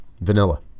vanilla